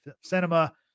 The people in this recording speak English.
cinema